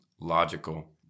logical